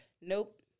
Nope